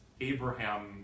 Abraham